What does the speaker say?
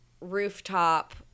rooftop